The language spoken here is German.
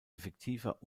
effektiver